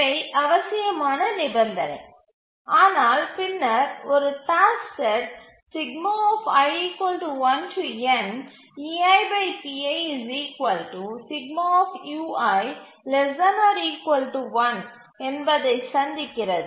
இவை அவசியமான நிபந்தனை ஆனால் பின்னர் ஒரு டாஸ்க் செட் என்பதை சந்திக்கிறது